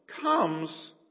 comes